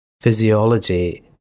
physiology